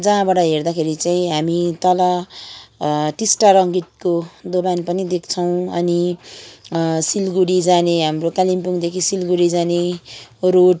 जहाँबाट हेर्दाखेरि चाहिँ हामी तल टिस्टा रङ्गीतको दोभान पनि देख्छौँ अनि सिलगढी जाने हाम्रो कालिम्पोङदेखि सिलगढी जाने रोड